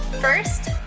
First